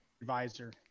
Advisor